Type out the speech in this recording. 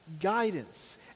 guidance